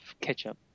ketchup